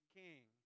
king